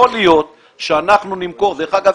דרך אגב,